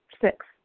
Six